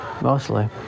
Mostly